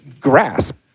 grasp